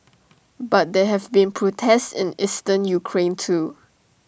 but there have been protests in eastern Ukraine too